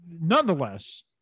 nonetheless